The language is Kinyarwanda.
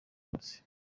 cyose